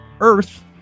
Earth